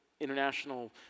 international